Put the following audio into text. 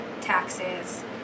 taxes